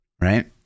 Right